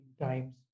times